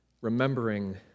remembering